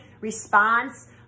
response